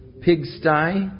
pigsty